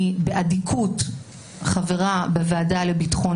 ואני באמת רואה פחות שימוש בבואש,